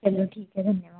चलो ठीक है धन्यवाद